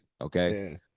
okay